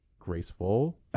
graceful